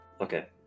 Okay